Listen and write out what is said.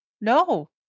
no